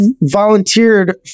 volunteered